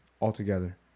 altogether